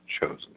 chosen